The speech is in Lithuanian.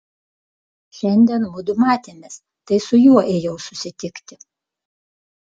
šiandien mudu matėmės tai su juo ėjau susitikti